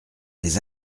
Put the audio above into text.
des